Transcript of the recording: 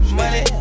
money